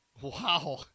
Wow